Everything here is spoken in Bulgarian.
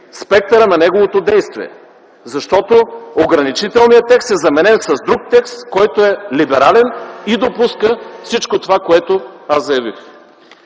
спектъра на неговото действие. Защото ограничителният текст се заменя с друг текст, който е либерален и допуска всичко това, което аз заявих.